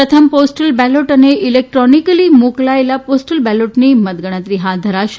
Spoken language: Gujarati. પ્રથમ પોસ્ટલ બેલોટ અને ઇલેકદ્રોનીકલી મોકલાયેલ પોસ્ટલ બેલોટની મતગણતરી હાથ ધરાશે